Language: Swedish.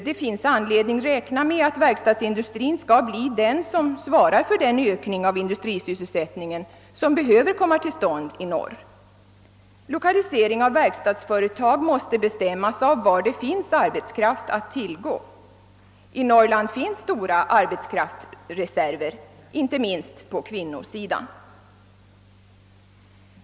Det finns anledning räkna med att det blir verkstadsindustrin som kommer att svara för den ökning av industrisysselsättningen vilken behöver komma till stånd i norr. Lokaliseringen av verkstadsföretag måste bestämmas av var det finns arbetskraft att tillgå. I Norrland har man stora arbetskraftsreserver, inte minst på kvinnosidan.